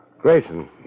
Grayson